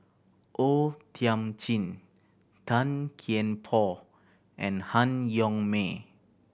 O Thiam Chin Tan Kian Por and Han Yong May